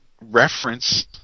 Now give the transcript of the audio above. reference